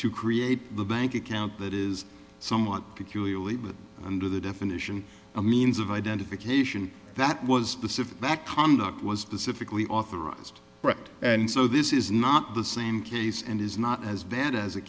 to create the bank account that is somewhat peculiar leap with under the definition a means of identification that was specific that conduct was the civically authorized and so this is not the same case and is not as bad as a